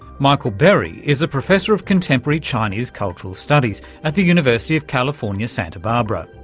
michael berry is a professor of contemporary chinese cultural studies at the university of california, santa barbara.